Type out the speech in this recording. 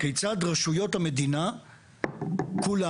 כיצד רשויות המדינה כולן,